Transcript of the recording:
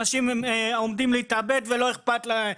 אנשים עומדים להתאבד ולא אכפת להם.